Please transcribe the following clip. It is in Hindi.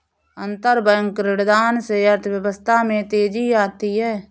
अंतरबैंक ऋणदान से अर्थव्यवस्था में तेजी आती है